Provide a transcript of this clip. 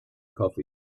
coffee